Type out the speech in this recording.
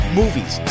movies